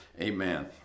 Amen